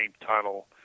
tunnel